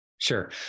Sure